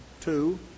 two